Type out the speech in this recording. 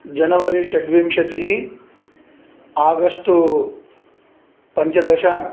जनवरि षड्विंशतिः आगस्ट् पञ्चदश